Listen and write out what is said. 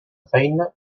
feina